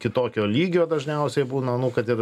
kitokio lygio dažniausiai būna nu kad ir